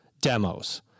demos